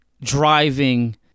driving